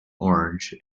orange